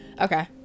Okay